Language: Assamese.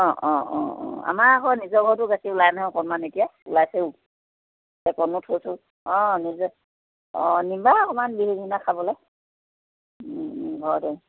অঁ অঁ অঁ অঁ আমাৰ আকৌ নিজৰ ঘৰতো গাখীৰ ওলাই নহয় অকণমান এতিয়া ওলাইছেও সেইকনো থৈছোঁ অঁ নিজে অঁ নিবা অকণমান বিহুৰ দিনা খাবলে ঘৰতে